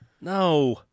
No